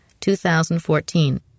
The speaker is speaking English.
2014